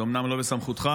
זה אומנם לא בסמכותך,